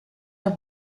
are